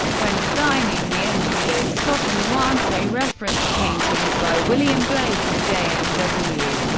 when designing the engineers, scott and huante referenced paintings by william blake and j. m. w.